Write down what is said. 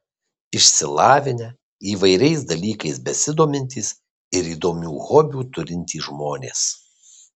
išsilavinę įvairiais dalykais besidomintys ir įdomių hobių turintys žmonės